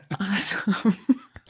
Awesome